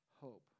hope